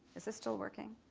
this is still working.